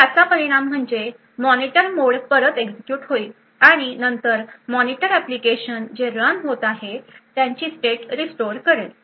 आता याचा परिणाम म्हणजे मॉनिटर मोड परत एक्झिक्युट होईल आणि नंतर मॉनिटर एप्लीकेशन जे रन होत आहे त्यांची स्टेट रिस्टोअर करेल